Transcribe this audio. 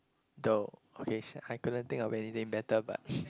dough okay shut I couldn't think of anything better but